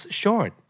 short